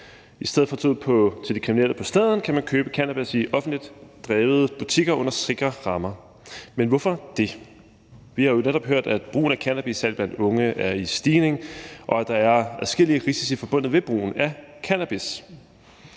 I stedet for at tage ud til de kriminelle på Staden kan man købe cannabis i offentligt drevne butikker under sikre rammer. Men hvorfor det? Vi har jo netop hørt, at brugen af cannabis, særlig blandt unge, er i stigning, og at der er adskillige risici forbundet med brugen af cannabis.